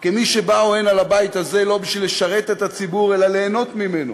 כמי שבאו לבית הזה לא בשביל לשרת את הציבור אלא בשביל ליהנות ממנו.